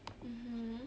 mmhmm